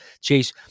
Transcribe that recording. chase